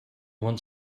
want